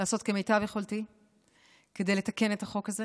לעשות כמיטב יכולתי כדי לתקן את החוק הזה